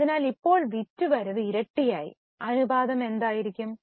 അതിനാൽ ഇപ്പോൾ വിറ്റുവരവ് ഇരട്ടിയായി അനുപാതം എന്തായിരിക്കും